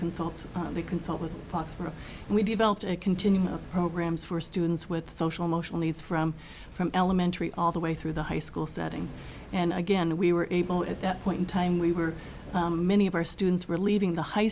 consult on the consult with and we developed a continuum of programs for students with social emotional needs from from elementary all the way through the high school setting and again we were able at that point in time we were many of our students were leaving the high